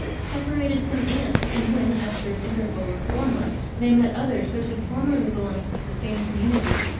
separated some ants, and when, after an interval of four months, they met others which had formerly belonged to the same community,